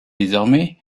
désormais